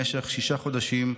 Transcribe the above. במשך שישה חודשים,